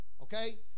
Okay